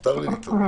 מותר לי לטעות.